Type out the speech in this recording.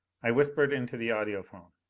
i whispered into the audiphone,